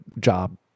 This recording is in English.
job